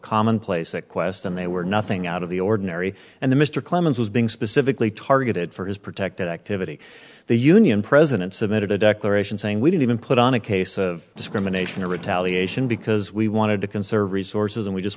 commonplace syquest and they were nothing out of the ordinary and the mr clemens was being specifically targeted for his protected activity the union president submitted a declaration saying we didn't even put on a case of discrimination or retaliation because we wanted to conserve resources and we just